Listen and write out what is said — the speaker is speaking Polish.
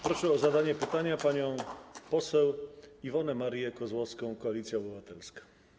Proszę o zadanie pytania panią poseł Iwonę Marię Kozłowską, Koalicja Obywatelska.